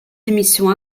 émissions